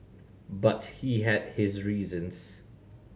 but he had his reasons